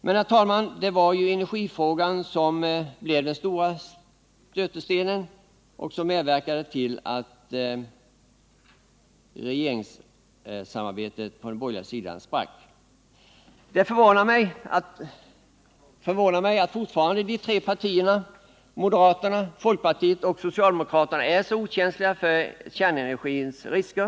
Men, herr talman, det var ju energifrågan som blev den stora stötestenen och som medverkade till att regeringssamarbetet på den borgerliga sidan sprack. Det förvånar mig att de tre partierna moderaterna, folkpartiet och socialdemokraterna fortfarande är så okänsliga för kärnenergins risker.